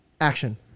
action